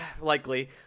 likely